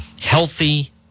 healthy